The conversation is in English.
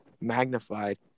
magnified